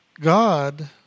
God